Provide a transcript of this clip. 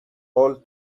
all